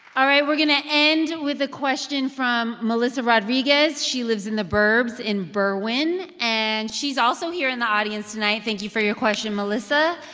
all right. we're going to end with a question from melissa rodriguez. she lives in the burbs in berwyn. and she's also here in the audience tonight. thank you for your question, melissa.